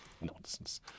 nonsense